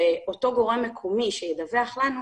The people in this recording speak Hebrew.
ואותו גורם מקומי שידווח לנו,